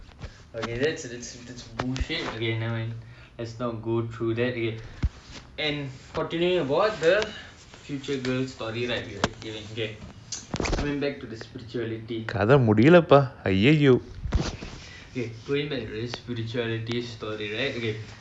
okay going back to the future wife story which my friend asked that's why I'm talking so if there's no spirituality I don't think the relationship can go on lah because there will be a lot of hindrance from both both the sides lah